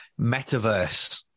metaverse